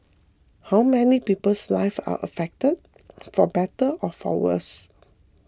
how many people's life are affected for better or for worse